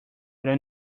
don’t